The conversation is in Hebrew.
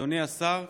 אדוני השר,